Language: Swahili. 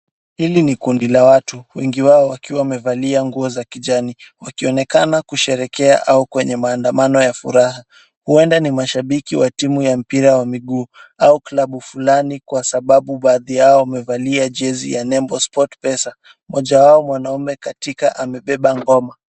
Hili ni kundi la watu, wengi wao wakiwa wamevalia nguo za kijani wakionekana kusherekea au kwenye maandamano ya furaha, huenda ni mashabiki wa timu ya mpira wa miguu au klabu fulani kwasababu baadhi yao wamevalia jezi ya nembo Sport Pesa mmoja wao mwanaume katika amebeba ngoma.